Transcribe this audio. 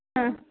ಹಾಂ